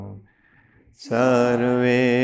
Sarve